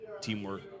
teamwork